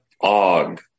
Og